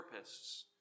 therapists